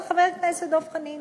חבר הכנסת דב חנין,